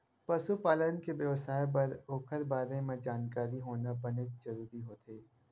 पशु पालन के बेवसाय बर ओखर बारे म जानकारी होना बनेच जरूरी होथे